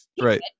Right